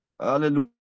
Hallelujah